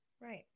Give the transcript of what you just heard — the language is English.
Right